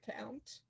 account